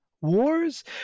wars